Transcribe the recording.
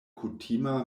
kutima